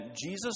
Jesus